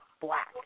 black